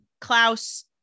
Klaus